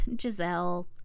Giselle